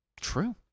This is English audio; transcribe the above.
true